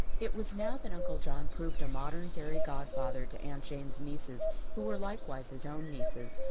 it was now that uncle john proved a modern fairy godfather to aunt jane's nieces who were likewise his own nieces.